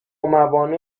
موانع